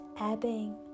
ebbing